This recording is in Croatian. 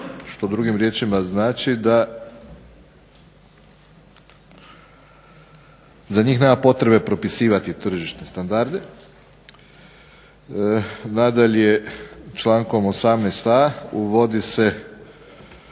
što drugim riječima znači da za njih nema potrebe propisivati tržišne standarde. Nadalje, člankom 18.a uvodi se